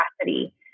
capacity